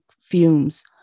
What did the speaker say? fumes